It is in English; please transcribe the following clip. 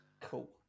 Cool